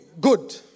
good